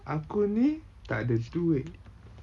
aku ni takde duit